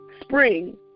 spring